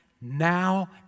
now